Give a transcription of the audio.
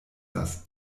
das